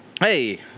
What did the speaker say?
hey